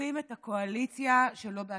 תוקפים את הקואליציה שלא באשמתם.